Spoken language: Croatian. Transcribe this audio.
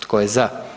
Tko je za?